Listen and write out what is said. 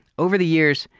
over the years,